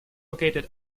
located